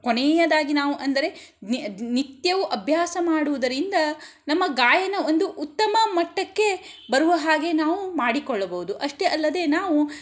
ಕೊನೆಯದಾಗಿ ನಾವು ಅಂದರೆ ನಿತ್ಯವೂ ಅಭ್ಯಾಸ ಮಾಡುವುದರಿಂದ ನಮ್ಮ ಗಾಯನ ಒಂದು ಉತ್ತಮ ಮಟ್ಟಕ್ಕೆ ಬರುವ ಹಾಗೆ ನಾವು ಮಾಡಿಕೊಳ್ಳಬಹುದು ಅಷ್ಟೇ ಅಲ್ಲದೆ ನಾವು